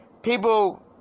People